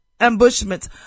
ambushments